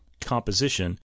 composition